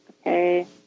Okay